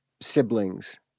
siblings